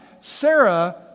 Sarah